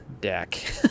deck